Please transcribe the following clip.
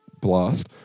blast